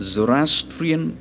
Zoroastrian